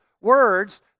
words